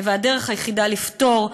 והדרך היחידה לפתור,